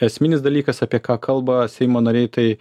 esminis dalykas apie ką kalba seimo nariai tai